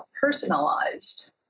personalized